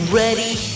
ready